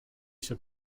się